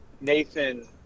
Nathan